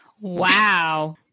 Wow